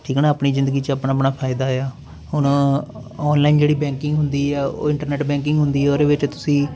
ਠੀਕ ਆ ਨਾ ਆਪਣੀ ਜ਼ਿੰਦਗੀ 'ਚ ਆਪਣਾ ਆਪਣਾ ਫ਼ਾਇਦਾ ਆ ਹੁਣ ਆਨਲਾਈਨ ਜਿਹੜੀ ਬੈਂਕਿੰਗ ਹੁੰਦੀ ਆ ਉਹ ਇੰਟਰਨੈਟ ਬੈਂਕਿੰਗ ਹੁੰਦੀ ਉਹਦੇ ਵਿੱਚ ਤੁਸੀਂ